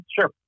sure